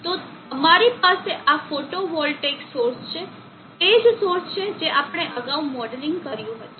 તો અમારી પાસે આ ફોટો વોલ્ટેઇક સોર્સ છે તે જ સોર્સ છે જે આપણે અગાઉ મોડેલિંગ કર્યું હતું